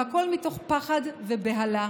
והכול מתוך פחד ובהלה.